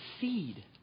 seed